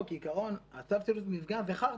כעיקרון, צו סילוק מפגע זה "חרטה".